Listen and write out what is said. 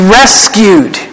rescued